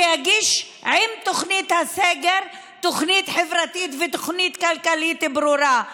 שיגיש עם תוכנית הסגר תוכנית חברתית ותוכנית כלכלית ברורה.